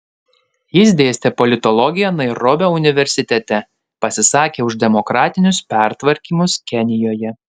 jis dėstė politologiją nairobio universitete pasisakė už demokratinius pertvarkymus kenijoje